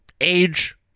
Age